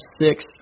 six